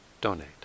donate